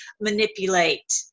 manipulate